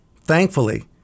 Thankfully